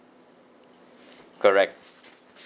correct